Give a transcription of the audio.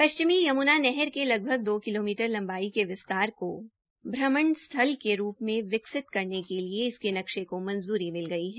पश्चिमी यमुना नहर के लगभग दो किलोमीटर लम्बाई का विस्तार को भ्रमण स्थल के रूम में विकसित करने के लिए इसके लिए नक्शे को मंजूरी मिल गई है